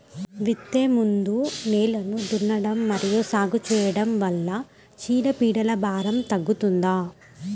విత్తే ముందు నేలను దున్నడం మరియు సాగు చేయడం వల్ల చీడపీడల భారం తగ్గుతుందా?